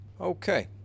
okay